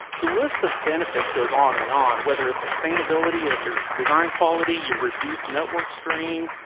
the list of benefits goes on and on whether it's sustainability of your design quality, your reduce network stream,